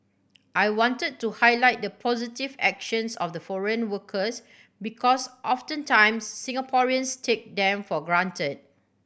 I wanted to highlight the positive actions of the foreign workers because oftentimes Singaporeans take them for granted